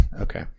okay